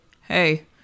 hey